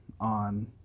on